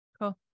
Cool